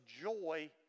joy